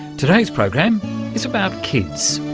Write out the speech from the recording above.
today's program is about kids.